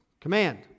Command